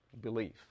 belief